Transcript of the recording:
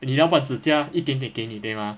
你老板指加一点点给你对吗